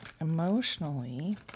Emotionally